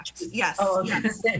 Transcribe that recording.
Yes